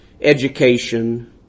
Education